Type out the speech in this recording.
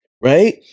right